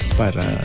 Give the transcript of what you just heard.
para